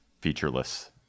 featureless